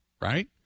right